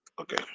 Okay